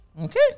Okay